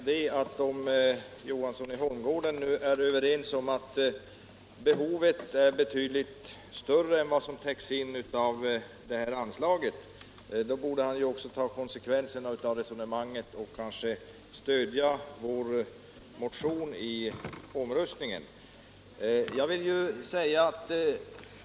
Herr talman! Jag vill bara säga att om herr Johansson i Holmgården nu håller med om att behovet är betydligt större än vad som täcks in av detta anslag, borde han också ta konsekvenserna av resonemanget och stödja vänsterpartiet kommunisternas motion i omröstningen.